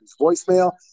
voicemail